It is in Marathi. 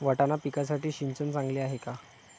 वाटाणा पिकासाठी सिंचन चांगले आहे का?